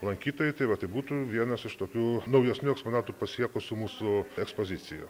lankytojai tai va tai būtų vienas iš tokių naujesnių eksponatų pasiekusių mūsų ekspoziciją